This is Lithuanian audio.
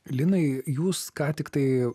linai jūs ką tiktai